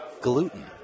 gluten